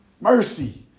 Mercy